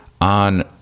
on